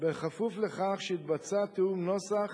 בכפוף לכך שיתבצע תיאום נוסח